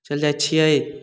चलि जाइ छियै